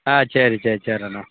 ஆ சரி சரி சரிறாண்ணா